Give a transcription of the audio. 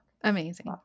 Amazing